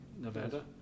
Nevada